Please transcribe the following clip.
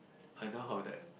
I never heard of that